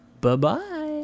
Bye-bye